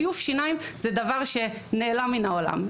שיוף שיניים זה דבר שנעלם מן העולם,